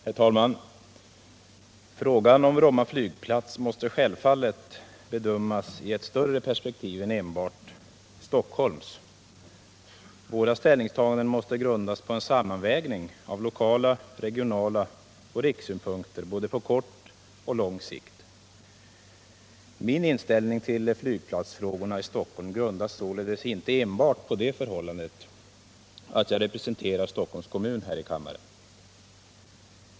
Herr talman! Frågan om Bromma flygplats måste självfallet bedömas i ett större perspektiv än enbart Stockholms. Våra ställningstaganden måste grundas på en sammanvägning av lokala synpunkter, regionala synpunkter och rikssynpunkter, både på kort och på lång sikt. Min inställning till flygplatsfrågorna i Stockholm grundas således inte enbart på det förhållandet att jag representerar Stockholms kommun här i kammaren.